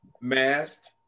masked